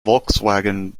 volkswagen